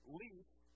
least